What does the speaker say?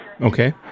okay